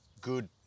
good